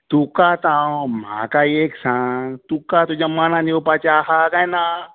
तुका हांव म्हाका एक सांग तुका तुज्या मनांत येवपाचें आसा काय ना